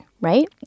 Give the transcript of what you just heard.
Right